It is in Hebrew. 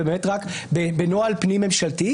ובאמת רק בנוהל פנים ממשלתי,